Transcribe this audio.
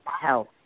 health